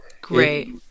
great